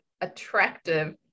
attractive